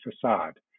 facade